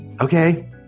okay